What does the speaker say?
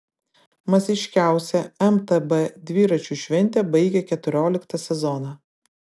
masiškiausia mtb dviračių šventė baigia keturioliktą sezoną